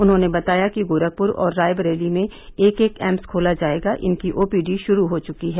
उन्होंने बताया कि गोरखपुर और रायबरेली में एक एक एम्स खोला जायेगा इनकी ओपीडी शुरू हो चुकी है